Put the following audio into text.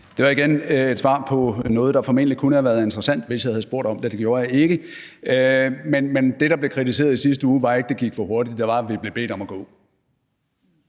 Det var igen et svar på noget, der formentlig kunne have været interessant, hvis jeg havde spurgt om det – det gjorde jeg ikke. Men det, der blev kritiseret i sidste uge, var ikke, at det gik for hurtigt – det var, at vi blev bedt om at gå.